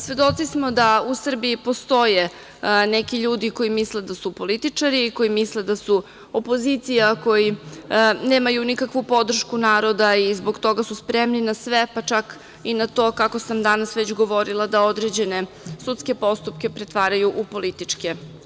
Svedoci smo da u Srbiji postoje neki ljudi koji misle da su političari i koji misle da su opozicija, koji nemaju nikakvu podršku naroda i zbog toga su spremni na sve, pa čak i na to, kako sam danas već govorila, da određene sudske postupke pretvaraju u političke.